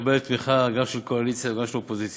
תקבל תמיכה, גם של הקואליציה וגם של האופוזיציה.